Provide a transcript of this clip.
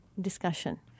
discussion